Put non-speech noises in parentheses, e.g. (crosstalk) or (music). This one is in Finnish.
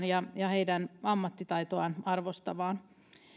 (unintelligible) ja ja heidän ammattitaitoaan arvostavaa